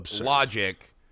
logic